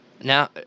Now